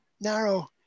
narrow